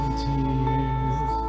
tears